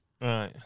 Right